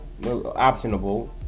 optionable